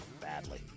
badly